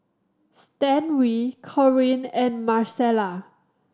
Stanley Corinne and Marcela